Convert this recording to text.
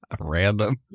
Random